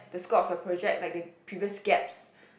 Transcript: the scope of your project like the previous gaps